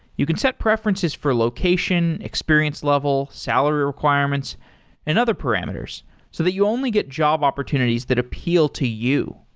you can set preferences for location, experience level, salary requirements and other parameters so that you only get job opportunities that appeal to you.